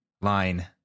line